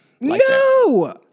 No